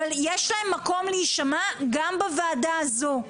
אבל יש להם מקום להישמע גם בוועדה הזו.